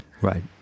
Right